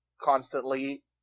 constantly